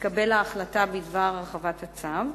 תתקבל ההחלטה בדבר הרחבת הצו.